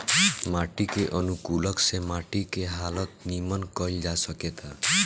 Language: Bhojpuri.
माटी के अनुकूलक से माटी के हालत निमन कईल जा सकेता